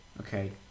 Okay